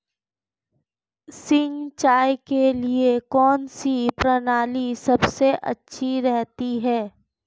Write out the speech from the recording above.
सिंचाई के लिए कौनसी प्रणाली सबसे अच्छी रहती है?